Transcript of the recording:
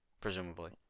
Presumably